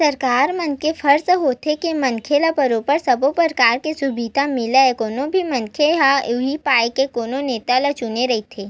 सरकार मन के फरज होथे के मनखे ल बरोबर सब्बो परकार के सुबिधा मिलय कोनो भी मनखे ह उहीं पाय के कोनो नेता ल चुने रहिथे